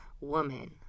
woman